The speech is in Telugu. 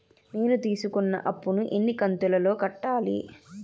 నేను తీసుకున్న అప్పు ను ఎన్ని కంతులలో కట్టాలి?